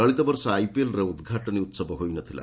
ଚଳିତବର୍ଷ ଆଇପିଏଲ୍ରେ ଉଦ୍ଘାଟନୀ ଉହବ ହୋଇନଥିଲା